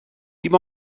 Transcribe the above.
dim